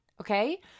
okay